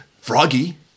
Froggy